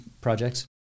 projects